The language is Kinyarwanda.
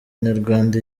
nyarwanda